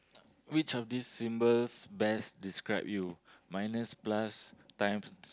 which of these symbols best describe you minus plus times